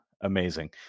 amazing